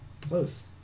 Close